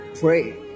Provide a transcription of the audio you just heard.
pray